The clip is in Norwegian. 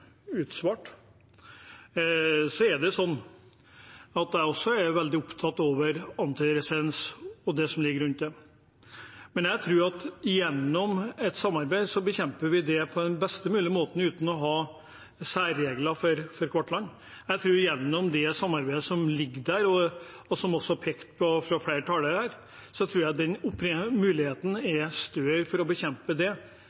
utsvart. Jeg er også veldig opptatt av antibiotikaresistens og det som ligger rundt det. Men jeg tror at gjennom et samarbeid bekjemper vi det på best mulige måte uten å ha særregler for hvert land. Gjennom det samarbeidet som ligger der, som også er pekt på fra flere talere her, tror jeg muligheten er større for å bekjempe dette enn den